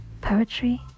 Poetry